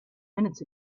minutes